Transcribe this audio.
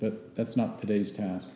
that that's not today's task